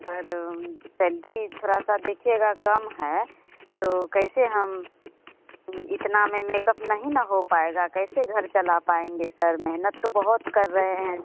sir salary थोड़ा सा देखिएगा कम है तो कैसे हम इतना में मेकअप नहीं ना हो पाएगा कैसे घर चला पाएँगे सर मेहनत तो बहुत कर रहे हैं